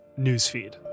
Newsfeed